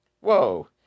Whoa